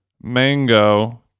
mango